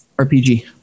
RPG